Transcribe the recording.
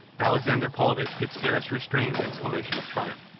alexander paulvitch could scarce restrain an exclamation of triumph.